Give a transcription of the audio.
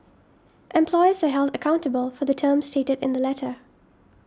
employers are held accountable for the terms stated in the letter